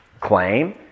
claim